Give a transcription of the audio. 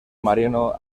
mariano